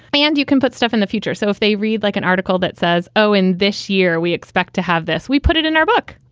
and you can put stuff in the future. so if they read like an article that says, oh, and this year we expect to have this, we put it in our book.